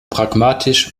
pragmatisch